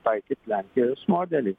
taikyt lenkijos modelį